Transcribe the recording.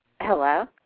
Hello